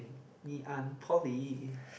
Ng~ Ngee-Ann Poly